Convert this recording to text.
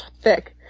Thick